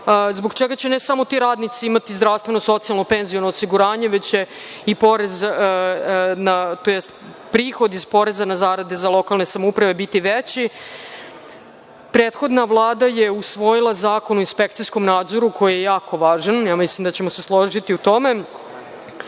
zbog čega će ne samo ti radnici imati zdravstveno, socijalno i penziono osiguranje, već će i porez, tj. prihod iz poreza na zarade za lokalne samouprave biti veći. Prethodna Vlada je usvojila Zakon o inspekcijskom nadzoru, koji je jako važan, mislim da ćemo se složiti u tome.